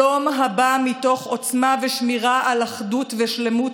שלום הבא מתוך עוצמה ושמירה על אחדות ושלמות